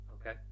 Okay